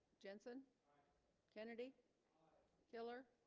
jensen kennedy killer